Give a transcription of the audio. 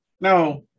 Now